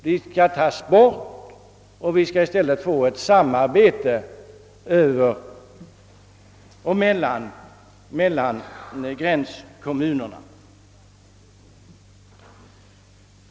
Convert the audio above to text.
De skall tas bort och vi skall i stället få till stånd ett samarbete mellan gränskommunerna.